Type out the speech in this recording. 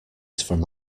from